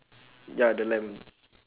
ya the lamb